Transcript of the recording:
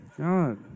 God